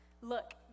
Look